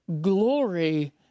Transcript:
glory